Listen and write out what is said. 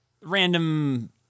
Random